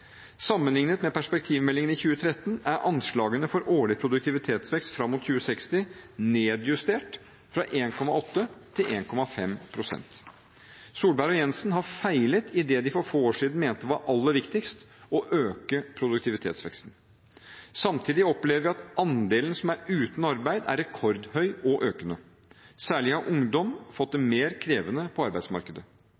Sammenlignet med perspektivmeldingen i 2013 er anslagene for årlig produktivitetsvekst fram mot 2060 nedjustert fra 1,8 pst. til 1,5 pst. Solberg og Jensen har feilet i det de for få år siden mente var aller viktigst – å øke produktivitetsveksten. Samtidig opplever vi at andelen som er uten arbeid, er rekordhøy og økende. Særlig har ungdom fått det